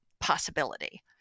possibility